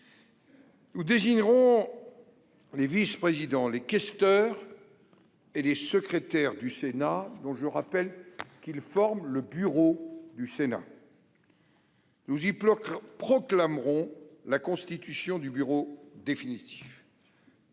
; Désignation des vice-présidents, questeurs et secrétaires du Sénat, dont je rappelle qu'ils forment le bureau du Sénat ; Proclamation de la constitution du bureau définitif.